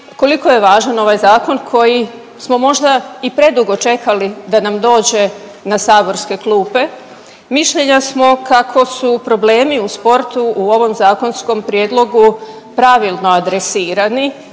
koliko je važan ovaj zakon koji smo možda i predugo čekali da nam dođe na saborske klupe. Mišljenja smo kako su problemi u sportu u ovom zakonskom prijedlogu pravilno adresirani